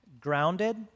grounded